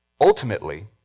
Ultimately